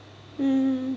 mm